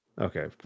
Okay